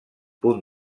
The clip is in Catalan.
punt